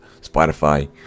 spotify